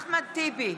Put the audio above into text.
אחמד טיבי,